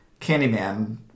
Candyman